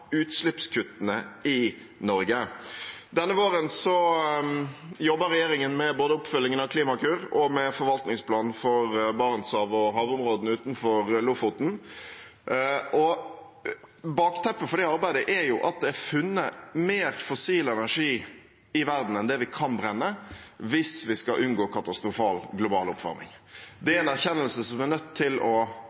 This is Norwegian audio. utslippskuttene i Norge. Denne våren jobber regjeringen med både oppfølgingen av Klimakur og forvaltningsplanen for Barentshavet og havområdene utenfor Lofoten. Bakteppet for det arbeidet er at det er funnet mer fossil energi enn det vi kan brenne hvis vi skal unngå katastrofal global oppvarming. Det er en erkjennelse som blir nødt til å